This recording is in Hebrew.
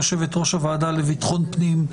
יושבת-ראש הוועדה לביטחון פנים,